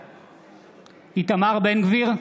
בעד איתמר בן גביר,